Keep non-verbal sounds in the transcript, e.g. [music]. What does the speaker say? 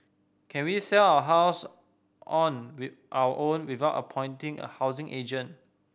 can we sell our house on [unintelligible] our own without appointing a housing agent